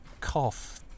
cough